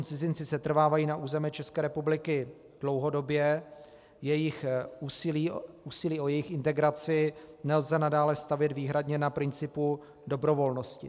Pokud cizinci setrvávají na území České republiky dlouhodobě, úsilí o jejich integraci nelze nadále stavět výhradně na principu dobrovolnosti.